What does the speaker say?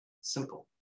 simple